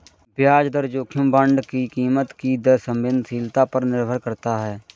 ब्याज दर जोखिम बांड की कीमत की संवेदनशीलता पर निर्भर करता है